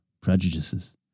prejudices